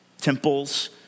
temples